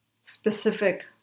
specific